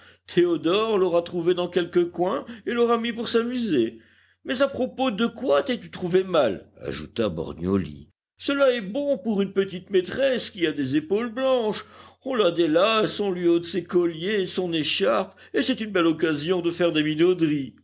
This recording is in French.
théodore l'aura trouvé dans quelque coin et l'aura mis pour s'amuser mais à propos de quoi t'es-tu trouvé mal ajouta borgnioli cela est bon pour une petite-maîtresse qui a des épaules blanches on la délace on lui ôte ses colliers son écharpe et c'est une belle occasion de faire des